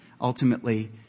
ultimately